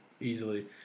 easily